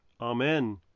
Amen